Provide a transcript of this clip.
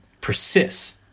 persists